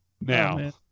now